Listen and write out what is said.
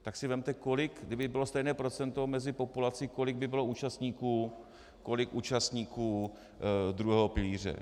Tak si vezměte kolik, kdyby bylo stejné procento mezi populací, kolik by bylo účastníků, kolik účastníků druhého pilíře.